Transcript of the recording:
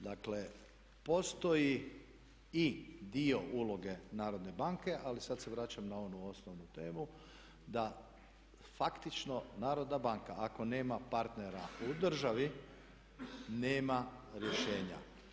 Dakle, postoji i dio uloge Narodne banke ali sad se vraćam na onu osnovnu temu da faktično Narodna banka ako nema partnera u državi nema rješenja.